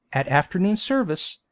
at afternoon service,